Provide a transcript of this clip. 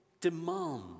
demand